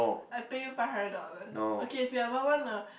I pay you five hundred dollars okay if you ever wanna